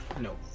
No